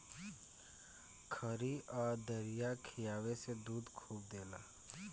खरी आ दरिया खिआवे से दूध खूबे होला